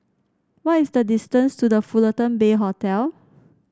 what is the distance to The Fullerton Bay Hotel